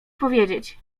powiedzieć